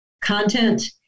content